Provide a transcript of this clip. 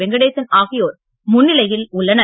வெங்கடேசன் ஆகியோர் முன்னிலையில் உள்ளனர்